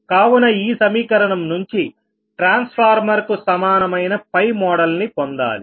కావున ఈ సమీకరణం నుంచి ట్రాన్స్ ఫార్మర్ కు సమానమైన మోడల్ ని పొందాలి